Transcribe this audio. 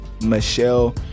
Michelle